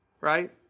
right